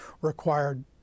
required